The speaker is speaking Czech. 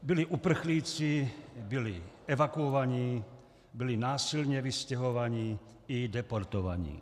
Byli uprchlíci, byli evakuovaní, byli násilně vystěhovaní i deportovaní.